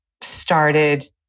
started